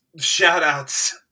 Shoutouts